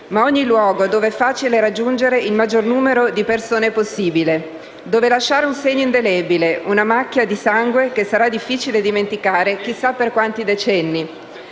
ma ogni luogo dove è facile raggiungere il maggior numero di persone possibile; dove lasciare un segno indelebile, una macchia di sangue che sarà difficile dimenticare chissà per quanti decenni.